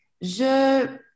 Je